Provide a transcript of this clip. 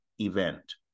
event